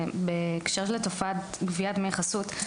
בהקשר לתופעה של גביית דמי חסות.